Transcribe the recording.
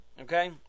Okay